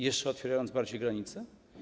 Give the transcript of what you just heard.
Jeszcze otwierając bardziej granicę?